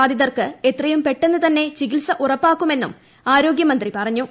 ബാധിതർക്ക് എത്രയുംപെട്ടെന്നുതന്നെ ചികിത്സ ഉറപ്പാക്കുമെന്നും ആരോഗ്യമന്ത്രി പറഞ്ഞു